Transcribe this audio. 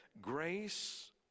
grace